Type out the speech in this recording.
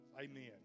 Amen